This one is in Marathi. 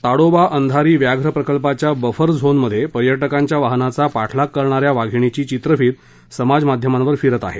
ताडोबा अंधारी व्याघ्र प्रकल्पाच्या बफर झोनमध्ये पर्यटकांच्या वाहनाचा पाठलाग करणा या वाधिणीची चित्रफीत समाजमाध्यमांवर फिरते आहे